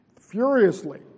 Furiously